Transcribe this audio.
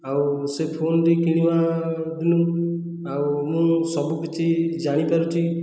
ଆଉ ସେ ଫୋନଟି କିଣିବା ଦିନୁ ଆଉ ମୁଁ ସବୁ କିଛି ଜାଣିପାରୁଛି